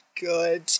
good